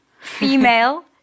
female